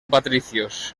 patricios